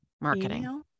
marketing